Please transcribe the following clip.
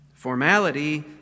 Formality